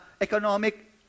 economic